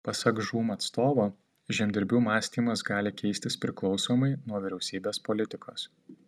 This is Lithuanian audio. pasak žūm atstovo žemdirbių mąstymas gali keistis priklausomai nuo vyriausybės politikos